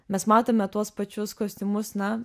mes matome tuos pačius klausimus na